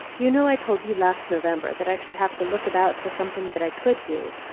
you know i told you last november that i should have to look about for something that i could do.